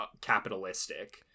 capitalistic